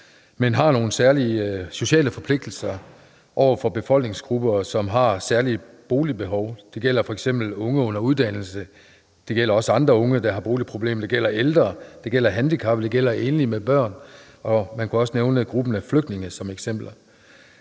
men har nogle særlige sociale forpligtelser over for befolkningsgrupper, som har særlige boligbehov. Det gælder f.eks. unge under uddannelse, og det gælder også andre unge, der har boligproblemer. Det gælder ældre, det gælder handicappede, det gælder enlige med børn, og man kunne også nævne gruppen af flygtninge som eksempel.